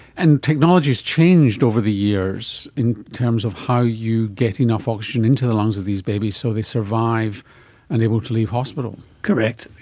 and technology has changed over the years in terms of how you get enough oxygen into the lungs of these babies so they survive and are able to leave hospital. correct.